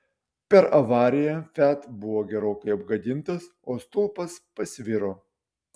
per avariją fiat buvo gerokai apgadintas o stulpas pasviro